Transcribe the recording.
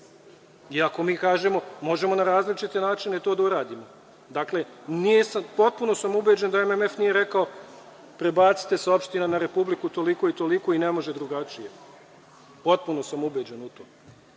iako mi kažemo – možemo na različite načine to da uradimo. Dakle, potpuno sam ubeđen da MMF nije rekao – prebacite sa opštine na Republiku toliko i toliko i ne može drugačije. Potpuno sam ubeđen u to.